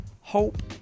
hope